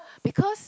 because